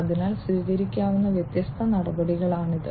അതിനാൽ സ്വീകരിക്കാവുന്ന വ്യത്യസ്ത നടപടികളാണിത്